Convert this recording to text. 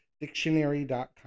dictionary.com